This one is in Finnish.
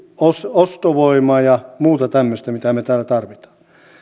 ostovoimaa ja muuta tämmöistä mitä me me täällä tarvitsemme